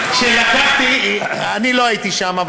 אני לא הייתי שם,